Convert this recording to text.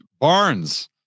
Barnes